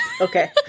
okay